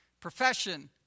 profession